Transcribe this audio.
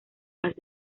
has